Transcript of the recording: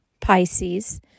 Pisces